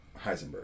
Heisenberg